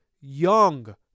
young